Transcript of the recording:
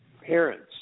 parents